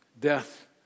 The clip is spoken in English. Death